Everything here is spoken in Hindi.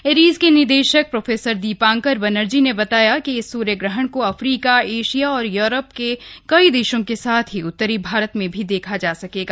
एरीज के निदेशक प्रोफेसर दीपांकर बनर्जी ने बताया कि इस सुर्यग्रहण को अफ्रीका एशिया और यूरोप के कई देशों के साथ ही उत्तरी भारत में भी देखा जा सकेगा